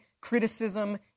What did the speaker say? criticism